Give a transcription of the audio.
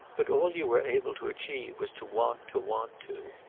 but all you were able to achieve was to want to want to!